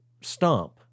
stump